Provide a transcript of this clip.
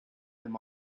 them